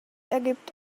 egypt